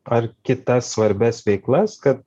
ar kitas svarbias veiklas kad